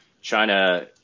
China